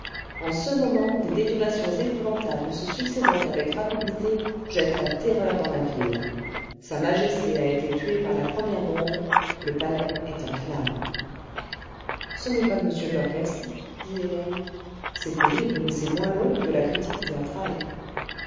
en ce moment des détonations épouvantables se succédant avec rapidité jettent la terreur dans la ville sa majesté a été tuée par la première bombe le palais est en flammes ce n'est pas le monsieur de l'orchestre dit hélène c'est terrible mais c'est moins long que de la critique théâtrale